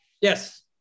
Yes